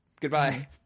Goodbye